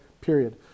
period